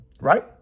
right